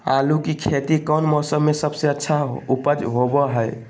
आलू की खेती कौन मौसम में सबसे अच्छा उपज होबो हय?